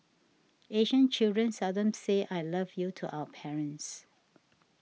Asian children seldom say I love you to our parents